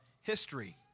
history